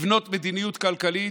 לבנות מדיניות כלכלית,